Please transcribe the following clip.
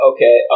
Okay